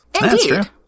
Indeed